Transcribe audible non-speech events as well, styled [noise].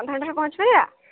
[unintelligible] ପହଞ୍ଚିପାରିବା